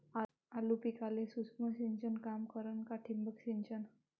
आलू पिकाले सूक्ष्म सिंचन काम करन का ठिबक सिंचन?